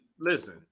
listen